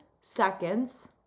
seconds